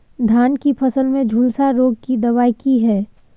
धान की फसल में झुलसा रोग की दबाय की हय?